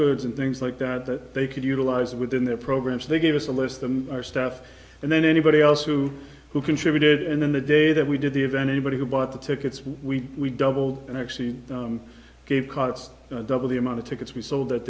goods and things like that that they could utilize within their programs they gave us a list them our staff and then anybody else who who contributed and then the day that we did the event anybody who bought the tickets we doubled and actually gave carts double the amount of tickets we sold that